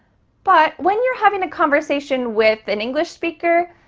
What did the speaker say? but when you're having a conversation with an english speaker,